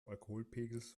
alkoholpegels